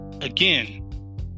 again